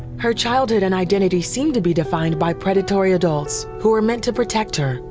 her childhood and identity seemed to be defined by predatory adults who were meant to protect her,